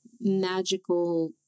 magical